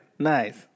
Nice